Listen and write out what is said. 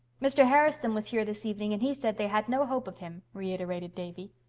mr. harrison was here this evening and he said they had no hope of him, reiterated davy.